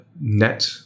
net